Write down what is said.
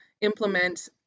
implement